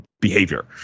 behavior